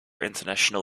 international